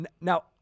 now